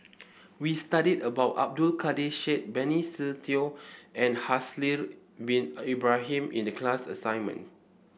we studied about Abdul Kadir Syed Benny Se Teo and Haslir Bin Ibrahim in the class assignment